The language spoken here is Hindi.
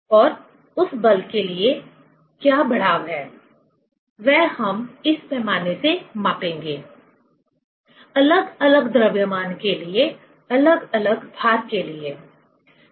और उस बल के लिए क्या बढ़ाव है वह हम इस पैमाने से मापेंगे अलग अलग द्रव्यमान के लिए अलग अलग भार के लिए